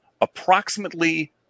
approximately